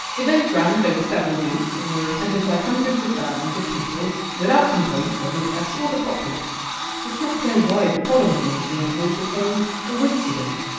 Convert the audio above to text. events ran over several weeks and were attended by hundreds of thousands of people, without complaints from the press or the populace. so it's not clear why the following year's winterval became a wincident.